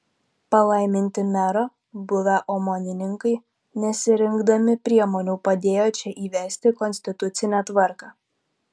palaiminti mero buvę omonininkai nesirinkdami priemonių padėjo čia įvesti konstitucinę tvarką